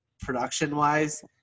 production-wise